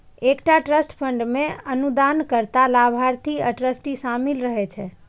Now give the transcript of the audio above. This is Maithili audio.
एकटा ट्रस्ट फंड मे अनुदानकर्ता, लाभार्थी आ ट्रस्टी शामिल रहै छै